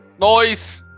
Noise